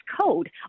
code